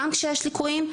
גם כשיש ליקויים,